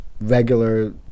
regular